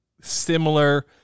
similar